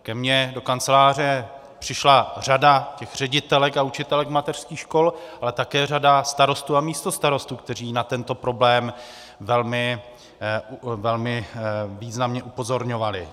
Ke mně do kanceláře přišla řada těch ředitelek a učitelek mateřských škol, ale také řada starostů a místostarostů, kteří na tento problém velmi významně upozorňovali.